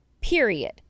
period